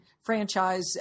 franchise